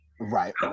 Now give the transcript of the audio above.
Right